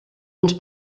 uns